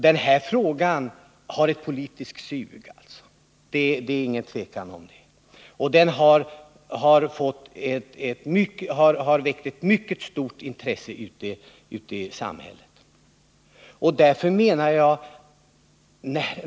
Den här frågan har ett politiskt sug — och den har väckt ett mycket stort intresse bland allmänheten.